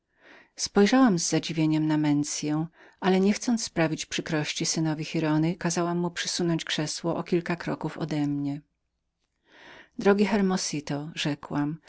spojrzałam z zadziwieniem na mensię ale niechcąc sprawiać przykrości synowi giraldy kazałam mu podać krzesło o kilka kroków odemnie drogi hermosito rzekłam